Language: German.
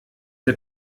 der